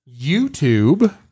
YouTube